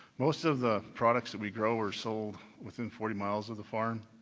most of the products that we grow are sold within forty miles of the farm.